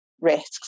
risks